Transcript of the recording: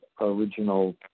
original